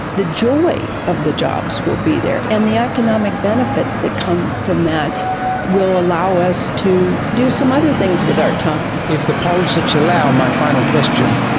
the joy of the jobs will be there, and the economic benefits that come from that will allow us to do some other things with our time. if the politics allow. my final question,